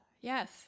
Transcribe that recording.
Yes